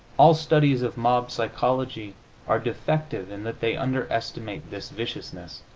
all studies of mob psychology are defective in that they underestimate this viciousness.